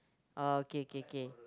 okay okay okay